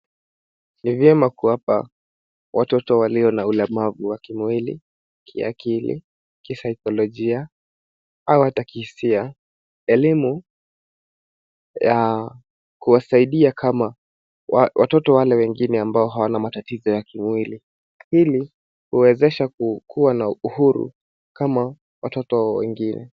Ni vyema kuwapa watoto walio na ulemavu wa kimwili, kiakili, kisaikolojia au hata kihisia elimu ya kuwasaidia kama watoto wale wengine ambao hawana matatizo ya kimwili, ili kuwawezesha kukua na uhuru kama watoto wengine.